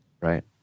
Right